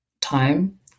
time